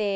ते